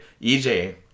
EJ